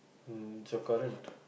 mm it's your current